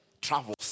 travels